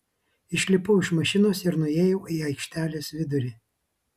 išlipau iš mašinos ir nuėjau į aikštelės vidurį